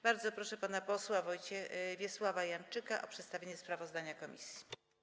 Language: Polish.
Bardzo proszę pana posła Wiesława Janczyka o przedstawienie sprawozdania komisji.